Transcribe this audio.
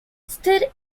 stir